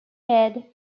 head